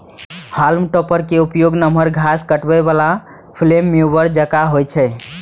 हाल्म topper के उपयोग नमहर घास काटै बला फ्लेम मूवर जकां होइ छै